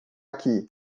aqui